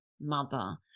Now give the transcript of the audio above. mother